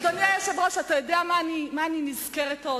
אדוני היושב-ראש, אתה יודע במה אני נזכרת עוד?